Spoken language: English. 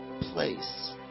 place